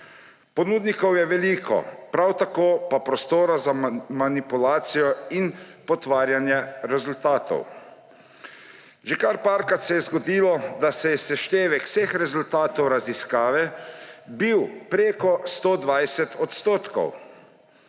Ponudnikov je veliko, prav tako pa prostora za manipulacijo in potvarjanje rezultatov. Že kar nekajkrat se je zgodilo, da je bil seštevek vseh rezultatov raziskave preko 120 %.